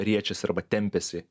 riečias arba tempiasi